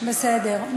בסדר,